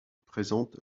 présente